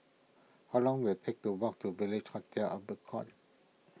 how long will it take to walk to Village Hotel Albert Court